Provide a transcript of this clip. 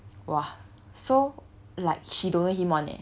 !wah! so like she don't know him [one] eh